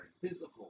physical